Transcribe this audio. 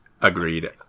agreed